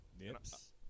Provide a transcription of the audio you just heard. Nips